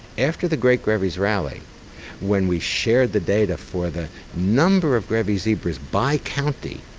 after the great grevy's rally when we shared the data for the number of grevy's zebras by county,